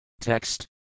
Text